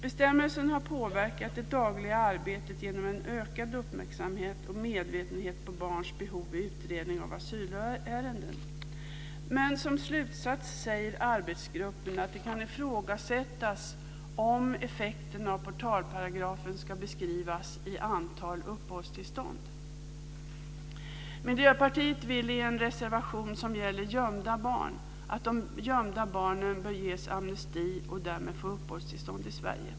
Bestämmelsen har påverkat det dagliga arbetet genom en ökad uppmärksamhet på och medvetenhet om barns behov vid utredning av asylärenden. Som slutsats säger dock arbetsgruppen att det kan ifrågasättas om effekten av portalparagrafen ska beskrivas i antal uppehållstillstånd. Miljöpartiet vill i en reservation som gäller gömda barn att de barnen bör ges amnesti och därmed få uppehållstillstånd i Sverige.